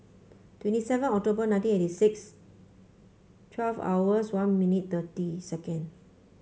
twenty seven October nineteen eighty six twelve hours one minute thirty second